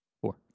four